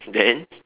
then